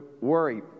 worry